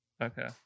Okay